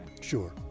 Sure